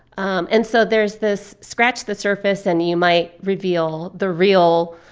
um and so there's this scratch the surface, and you might reveal the real,